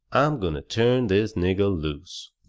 i'm going to turn this nigger loose.